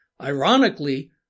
ironically